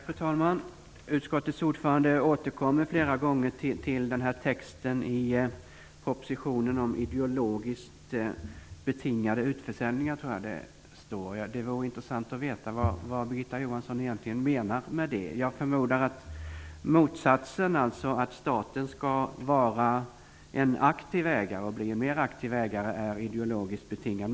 Fru talman! Utskottets ordförande återkommer flera gånger till texten i propositionen om ideologiskt betingade utförsäljningar. Det vore intressant att veta vad Birgitta Johansson egentligen menar med det. Jag förmodar att motsatsen, alltså att staten skall vara en aktiv ägare och bli än mer aktiv som ägare, är ideologiskt betingad.